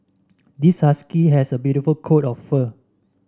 this husky has a beautiful coat of fur